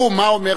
מה הוא אומר?